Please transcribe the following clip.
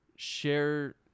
share